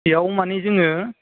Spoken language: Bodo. बेयाव माने जोङो